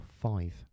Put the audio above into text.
five